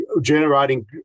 generating